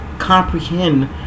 comprehend